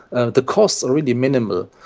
ah the costs are really minimal,